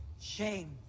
Shame